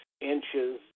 inches